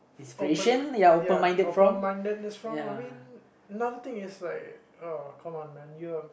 open ya open mindedness is wrong I mean another thing is like uh come on the you're